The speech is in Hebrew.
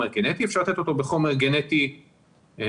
גנטי ואפשר לתת אותו בחומר גנטי מהיר,